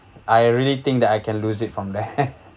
I really think that I can lose it from there